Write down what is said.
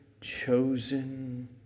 chosen